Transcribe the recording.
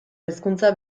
hezkuntza